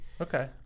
Okay